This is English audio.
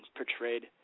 portrayed